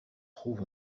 trouve